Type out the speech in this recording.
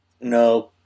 No